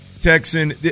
Texan